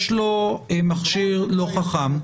יש לו מכשיר לא חכם.